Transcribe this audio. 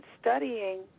studying